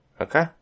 Okay